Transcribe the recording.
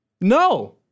No